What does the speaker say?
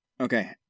Okay